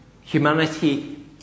Humanity